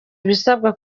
ibisabwa